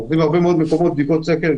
עושים בהרבה מאוד מקומות בדיקות סקר,